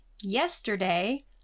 yesterday